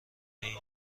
این